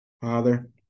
Father